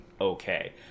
okay